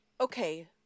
Okay